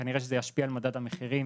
כנראה שזה ישפיע על מדד המחירים